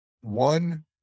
one